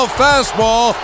fastball